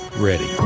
ready